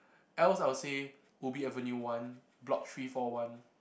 else I'll say Ubi Avenue one block three four one